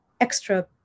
extra